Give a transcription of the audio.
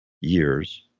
years